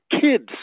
kids